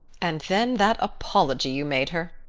and then that apology you made her.